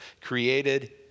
created